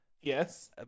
Yes